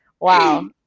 Wow